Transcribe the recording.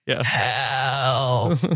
Hell